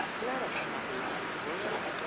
let us not love in word,